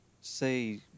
say